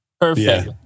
Perfect